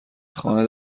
خانه